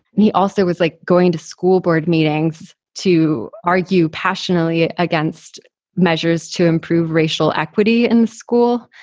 and he also was like going to school board meetings to argue passionately against measures to improve racial equity in school.